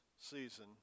Season